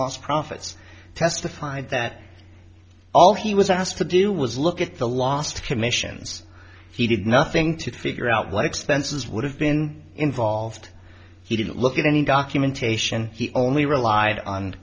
lost profits testified that all he was asked to do was look at the last commissions he did nothing to figure out what expenses would have been involved he didn't look at any documentation he only relied on